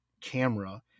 camera